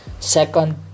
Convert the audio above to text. Second